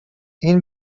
این